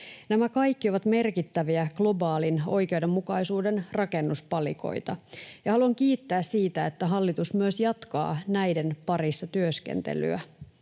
Nämä kaikki ovat merkittäviä globaalin oikeudenmukaisuuden rakennuspalikoita, ja haluan kiittää siitä, että hallitus myös jatkaa näiden parissa työskentelyä.